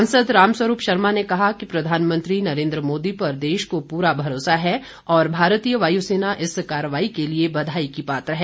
सांसद रामस्वरूप शर्मा ने कहा कि प्रधानमंत्री नरेन्द्र मोदी पर देश को पूरा भरोसा है और भारतीय वायुसेना इस कार्रवाई के लिए बधाई की पात्र है